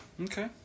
okay